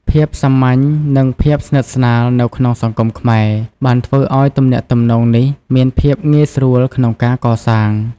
ភាពសាមញ្ញនឹងភាពស្និទ្ធស្នាលនៅក្នុងសង្គមខ្មែរបានធ្វើឱ្យទំនាក់ទំនងនេះមានភាពងាយស្រួលក្នុងការកសាង។